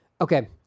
okay